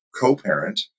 co-parent